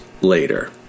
later